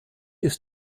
ist